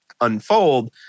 unfold